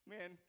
Man